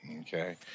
Okay